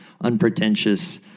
unpretentious